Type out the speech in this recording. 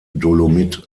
dolomit